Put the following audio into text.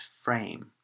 frame